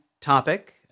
topic